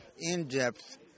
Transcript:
in-depth